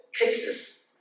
cases